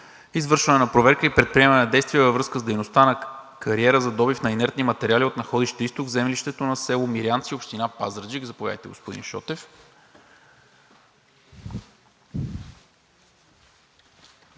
извършване на проверка и предприемане на действия във връзка с дейността на кариера за добив на инертни материали от находище „Изток“ в землището на село Мирянци, община Пазарджик. Заповядайте, господин Шотев.